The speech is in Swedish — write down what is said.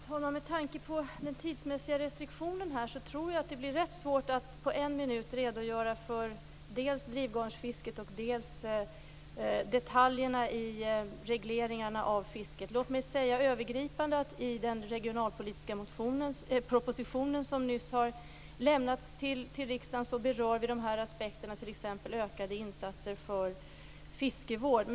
Herr talman! Med tanke på den tidsmässiga restriktionen här tror jag att det blir rätt svårt att på en minut redogöra för dels drivgarnsfisket, dels detaljerna i regleringarna av fisket. Låt mig övergripande säga att vi i den regionalpolitiska propositionen som nyligen har lämnats till riksdagen berör dessa aspekter, t.ex. ökade insatser för fiskevård.